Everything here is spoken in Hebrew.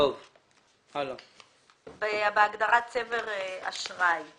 בהגדרת צבר אשראי.